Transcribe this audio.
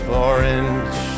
orange